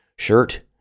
Shirt